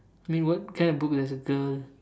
wait what kind of book does a girl